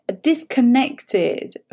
disconnected